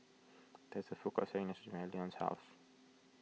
there is a food court selling Nachos behind Leonce's house